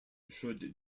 should